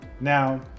Now